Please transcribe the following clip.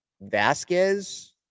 Vasquez